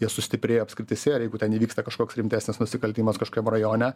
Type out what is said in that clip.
jie sustiprėjo apskrityse ir jeigu ten įvyksta kažkoks rimtesnis nusikaltimas kažkokiam rajone